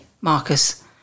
Marcus